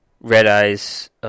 Red-Eyes